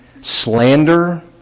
slander